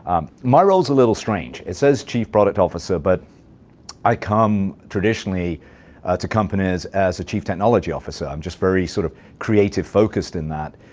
my role is a little strange. it says chief product officer, but i come traditionally to companies as a chief technology officer. i'm just very sort of creative-focused in that,